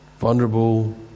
vulnerable